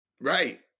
Right